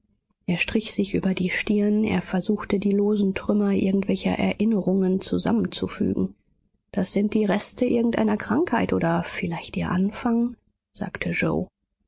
er strich sich über die stirn er versuchte die losen trümmer irgendwelcher erinnerungen zusammenzufügen das sind die reste irgendeiner krankheit oder vielleicht ihr anfang sagte yoe